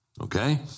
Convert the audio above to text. okay